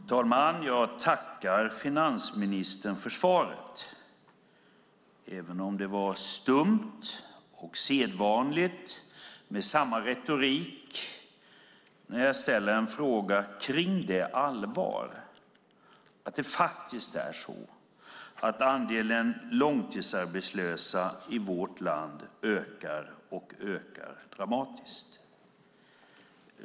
Herr talman! Jag tackar finansministern för svaret, även om det var stumt och sedvanligt och innehöll samma retorik när jag ställer en fråga om allvaret i att det faktiskt är så att andelen långtidsarbetslösa i vårt land ökar, och ökar dramatiskt.